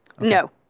No